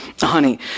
Honey